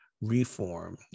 reform